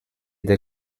der